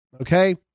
okay